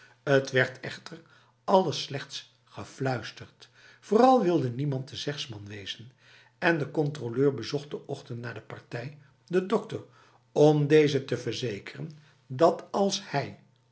het werd echter alles slechts gefluisterd vooral wilde niemand de zegsman wezen en de controleur bezocht de ochtend na de partij de dokter om deze te verzekeren dat als hij